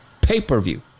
pay-per-view